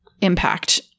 impact